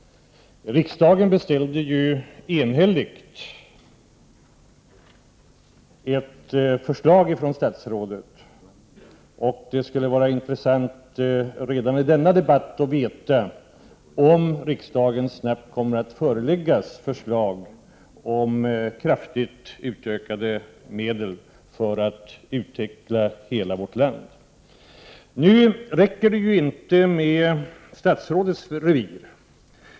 Riksdagen beställde ju enhälligt ett förslag från statsrådet. Det skulle vara intressant att redan i denna debatt få veta om riksdagen snabbt kommer att föreläggas förslag om kraftigt utökade medel för att utveckla hela vårt land. Nu räcker det inte med statsrådets revir.